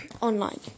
online